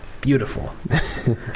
Beautiful